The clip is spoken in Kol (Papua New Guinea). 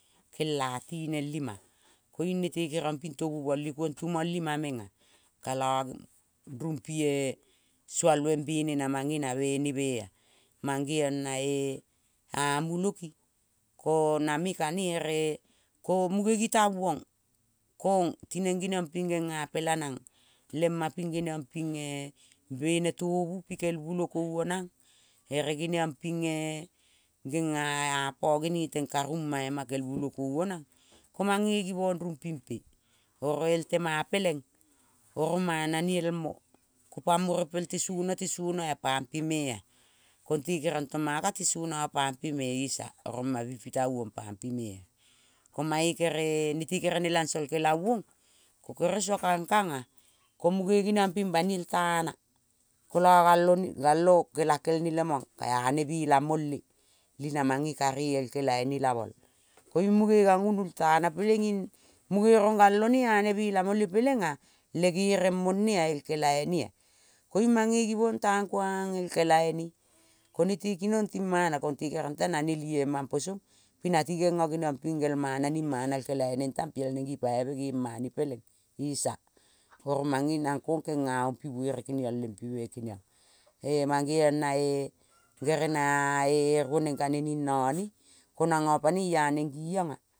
El-a tinel ima. Koiung nete keriong ping tovumol i kuong tumol ima meng-a kala rumpi-e sualve be-me-na mange nave ne mea. Mangeong nae-a muloki ko name kane ere ko muge gitavong kong tineng geniong pinge gengapela nang le ma ping geniong ping-e bene tovu pikel-e mulokoi onang ere geniung ping gena apa geneteng ka ruma ma ikel mulokou onang, ko mange givong rumpi mpe. Oro el tema peleng oro mana ne nelmo. Ping puang mo repel te sona, te sona-a pam pe me-a. Konte keriong mang kate sona pampe me esa oro ma bitavong pampe me-a. Ko mae kere nete kere nelangso kelavong ere sua kangkang-a ko muge geniong ping baniel tana kola galo kelakel ne lemong ka ane bela mole ling na mange kare el kelaine la mol. Koiung muge gangulu tana pele-ing muge rong galo ne ane bela mole peleng-a le gereng mone-a el kelaine-a. Koiung mange givong tang kuang el kelaine konte ki nong ting mana, konte keriong neta na neli-a mampo song ging nati gengo geniong ping gel mana ning mana el kelai neng tang piel neng gipaive gema ne. Peleng esa oro mange nang kong kenga ong pi vere lempe me-kengiong. E-mangeong nae ere na ae roneng kane ning nane ko nanga panoi aneng giong-a.